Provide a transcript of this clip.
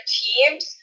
teams